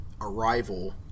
arrival